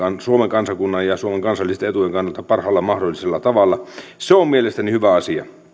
kansakunnan ja suomen kansallisten etujen kannalta parhaalla mahdollisella tavalla se on mielestäni hyvä asia